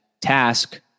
task